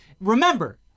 remember